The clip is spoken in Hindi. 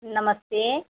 नमस्ते